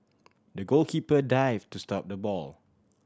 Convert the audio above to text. the goalkeeper dived to stop the ball